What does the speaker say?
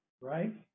Right